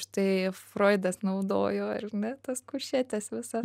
štai froidas naudojo ar ne tas kušetes visas